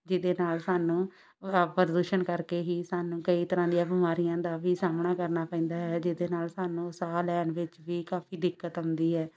ਜਿਹਦੇ ਨਾਲ ਸਾਨੂੰ ਪ੍ਰਦੂਸ਼ਣ ਕਰਕੇ ਹੀ ਸਾਨੂੰ ਕਈ ਤਰ੍ਹਾਂ ਦੀਆਂ ਬਿਮਾਰੀਆਂ ਦਾ ਵੀ ਸਾਹਮਣਾ ਕਰਨਾ ਪੈਂਦਾ ਹੈ ਜਿਹਦੇ ਨਾਲ ਸਾਨੂੰ ਸਾਹ ਲੈਣ ਵਿੱਚ ਵੀ ਕਾਫੀ ਦਿੱਕਤ ਆਉਂਦੀ ਹੈ